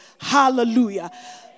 Hallelujah